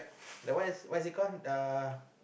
that one is what is it called the